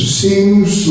seems